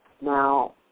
Now